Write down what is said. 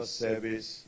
service